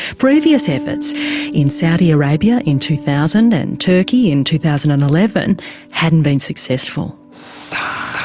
previous efforts in saudi arabia in two thousand, and turkey in two thousand and eleven hadn't been successful. so